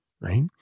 right